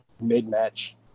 mid-match